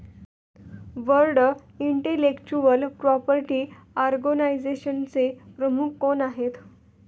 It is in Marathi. वर्ल्ड इंटेलेक्चुअल प्रॉपर्टी ऑर्गनायझेशनचे प्रमुख कोण आहेत?